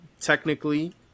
technically